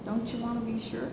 don't you want to be sure